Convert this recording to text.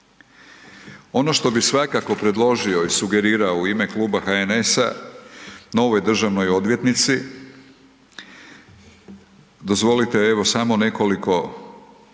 Ono što bi svakako predložio i sugerirao u ime kluba HNS-a novoj državnoj odvjetnici, dozvolite evo samo nekoliko